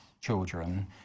children